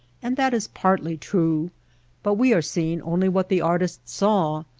and that is partly true but we are seeing only what the artists saw.